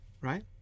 right